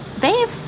Babe